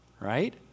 right